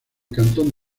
cantón